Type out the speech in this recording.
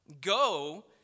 Go